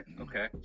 Okay